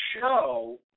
show